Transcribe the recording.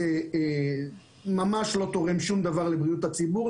זה ממש לא תורם שום דבר לבריאות הציבור,